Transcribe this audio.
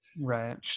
right